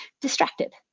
distracted